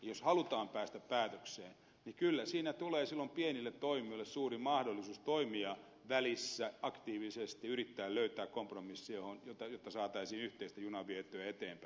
jos halutaan päästä päätökseen niin kyllä siinä tulee silloin pienille toimijoille suuri mahdollisuus toimia välissä aktiivisesti yrittää löytää kompromissi jotta saataisiin yhteistä junaa vietyä eteenpäin